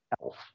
Elf